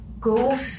go